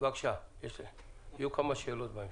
תודה רבה.